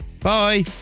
bye